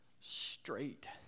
straight